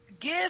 give